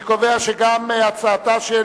אני קובע כי גם הצעתה של